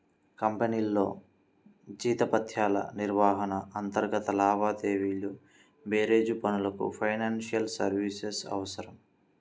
కంపెనీల్లో జీతభత్యాల నిర్వహణ, అంతర్గత లావాదేవీల బేరీజు పనులకు ఫైనాన్షియల్ సర్వీసెస్ అవసరం